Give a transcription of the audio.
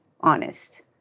honest